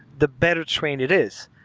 the better trained it is,